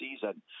season